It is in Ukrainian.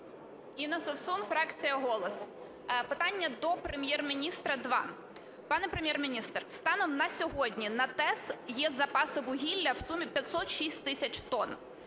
Інна Совсун, фракція "Голос". Питання до Прем'єр-міністра два. Пане Прем'єр-міністр, станом на сьогодні на ТЕС є запаси вугілля в сумі 506 тисяч тонн.